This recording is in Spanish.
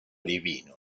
divino